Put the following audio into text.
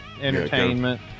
entertainment